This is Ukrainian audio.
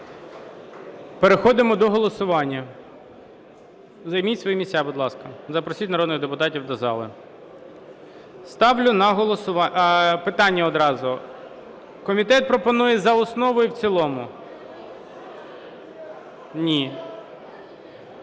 Переходимо до голосування. Займіть свої місця, будь ласка, запросіть народних депутатів до зали. Ставлю на голосування… Питання одразу. Комітет пропонує за основу і в цілому? Ні.